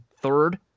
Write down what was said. third